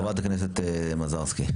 חברת הכנסת מזרסקי.